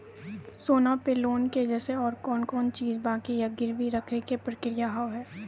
सोना पे लोन के जैसे और कौन कौन चीज बंकी या गिरवी रखे के प्रक्रिया हाव हाय?